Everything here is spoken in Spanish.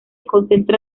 concentra